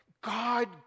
God